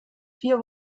vier